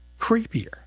creepier